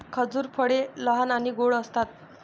खजूर फळे लहान आणि गोड असतात